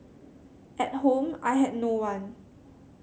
at home I had no one